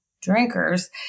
drinkers